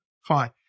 Fine